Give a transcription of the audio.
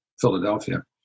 Philadelphia